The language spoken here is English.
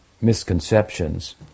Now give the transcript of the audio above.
misconceptions